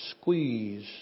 squeeze